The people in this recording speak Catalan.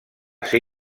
ser